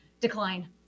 decline